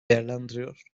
değerlendiriyor